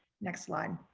next line.